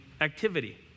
activity